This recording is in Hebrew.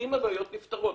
האם הבעיות נפתרות?